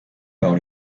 par